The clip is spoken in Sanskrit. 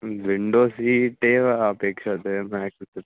विण्डो सीट् एव अपेक्ष्यते मम कृते